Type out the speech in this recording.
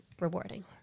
rewarding